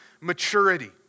maturity